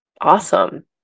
awesome